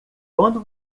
quando